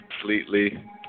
completely